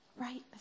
right